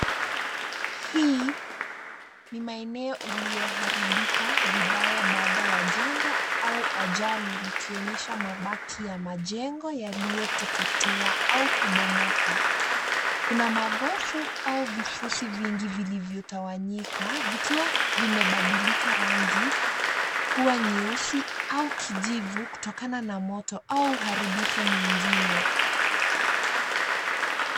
Hii ni maeneo iliyoharibika vibaya baada ya janga au ajali likionyesha mabaki ya majengo yaliyoteketea au kubomoka. Kuna magofu au vifusi vingi vilivyotawanyika vikiwa vimebadilika rangi kuwa nyeusi au kijivu kutokana na moto au uharibifu mwingine.